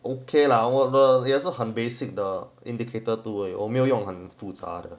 okay 啦我们也是很 basic 的 indicator tools 而以我没有用很复杂的